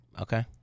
Okay